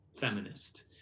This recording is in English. feminist